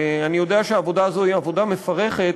ואני יודע שהעבודה הזאת היא עבודה מפרכת,